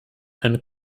een